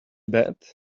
bad